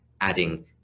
adding